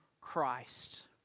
Christ